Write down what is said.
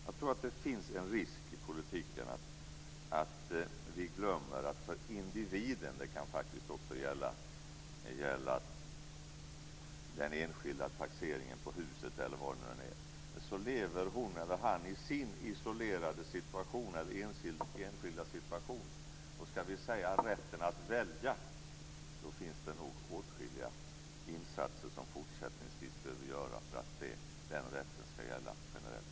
Jag tror att det finns en risk i politiken att vi glömmer att individen, när det gäller den enskilda taxeringen på huset eller vad det än är, lever i sin enskilda situation. Och om vi ska tala om rätten att välja finns det nog åtskilliga insatser som vi behöver göra fortsättningsvis för att den rätten ska gälla generellt.